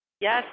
Yes